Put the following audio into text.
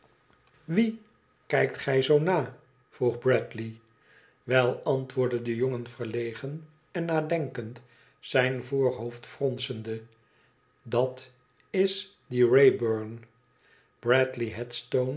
wien kijkt gij zoo na vroeg bradley wel antwoordde de jongen verlegen en nadenkend zijn voorhoofd fronsende dat is die wraybum bradley